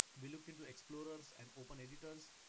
we looked into explorers and open editors.